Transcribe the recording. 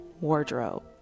wardrobe